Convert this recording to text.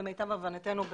ולמיטב הבנתנו,